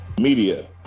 media